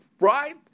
right